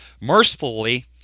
Mercifully